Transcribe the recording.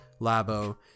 labo